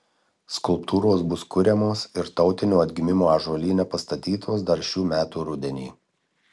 skulptūros bus kuriamos ir tautinio atgimimo ąžuolyne pastatytos dar šių metų rudenį